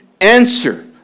answer